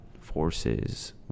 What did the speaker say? forces